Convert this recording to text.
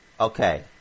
Okay